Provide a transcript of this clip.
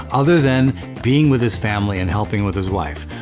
other than being with his family, and helping with his wife.